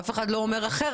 אף אחד לא אומר אחרת.